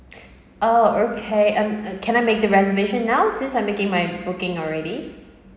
oh okay um can I make the reservation now since I'm making my booking already